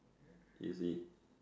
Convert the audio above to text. you see